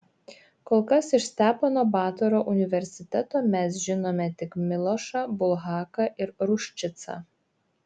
kol kas iš stepono batoro universiteto mes žinome tik milošą bulhaką ir ruščicą